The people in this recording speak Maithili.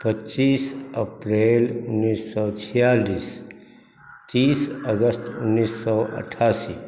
पच्चीस अप्रैल उनैस सौ छिआलिस तीस अगस्त उनैस सौ अठासी